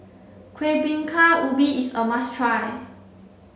Kueh Bingka Ubi is a must try